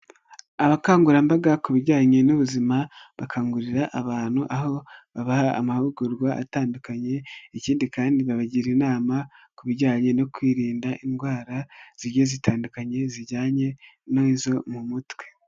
Abakangurambaga ku bijyanye n'ubuzima bakangurira abantu aho babaha amahugurwa atandukanye ikindi kandi babagira inama ku bijyanye no kwirinda indwara zigiye zitandukanye zijyanye n'izo mu mutwe.